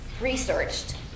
researched